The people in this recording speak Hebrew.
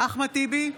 אחמד טיבי,